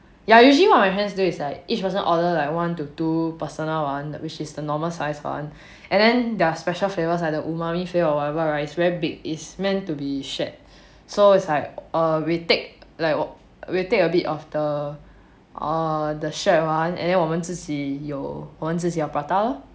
ya usually what my friends do is like each person order like one to two personal one which is the normal size one and then their special flavours like the umami fill or whatever right is very big is meant to be shared so it's like we will take a bit of the err shared one then 我们自己有自己的 prata lor